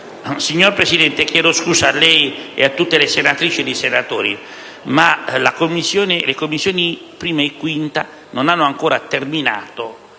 Signor Presidente, chiedo scusa a lei, alle senatrici ed ai senatori, ma le Commissioni riunite 1a e 5a non hanno ancora terminato